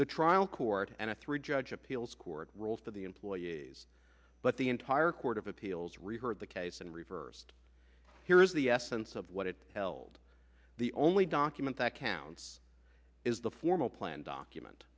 the trial court and a three judge appeals court ruled for the employees but the entire court of appeals referred the case and reversed here is the essence of what it held the only document that counts is the formal plan document